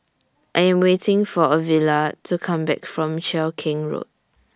I Am waiting For Ovila to Come Back from Cheow Keng Road